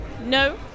No